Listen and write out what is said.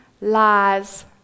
lies